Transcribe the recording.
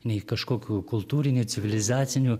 nei kažkokių kultūrinių civilizacinių